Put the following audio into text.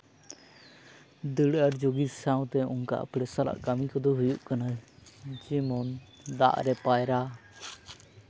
ᱫᱟᱹᱲ ᱟᱨ ᱡᱳᱜᱤᱝ ᱥᱟᱶ ᱫᱚ ᱚᱱᱠᱟ ᱟᱸᱯᱲᱮ ᱥᱟᱞᱟᱜ ᱠᱟᱹᱢᱤ ᱠᱚᱫᱚ ᱦᱩᱭᱩᱜ ᱠᱟᱱᱟ ᱡᱮᱢᱚᱱ ᱫᱟᱜ ᱨᱮ ᱯᱟᱭᱨᱟ